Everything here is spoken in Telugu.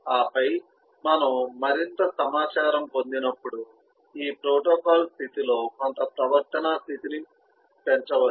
ఆపై మనము మరింత సమాచారం పొందినప్పుడు ఈ ప్రోటోకాల్ స్థితిలో కొంత ప్రవర్తనా స్థితిని పెంచవచ్చు